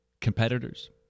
competitors